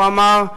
הוא אמר,